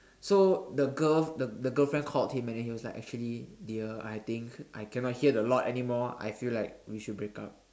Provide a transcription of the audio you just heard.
so the girl the the girlfriend called him and then he was like actually dear I think I cannot hear the lot anymore I feel like we should break up